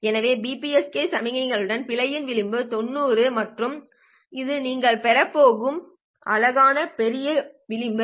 எனவே BPSK சமிக்ஞைகளுடன் பிழையின் விளிம்பு 90 is மற்றும் இது நீங்கள் பெறப் போகும் அழகான பெரிய விளிம்பு